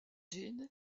jean